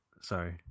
sorry